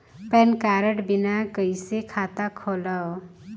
Pan card बिना कइसे खाता खोलव?